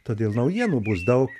todėl naujienų bus daug